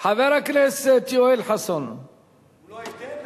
הוא לא ייתן לזה